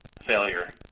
failure